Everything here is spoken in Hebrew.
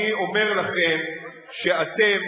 אני אומר לכם שאתם,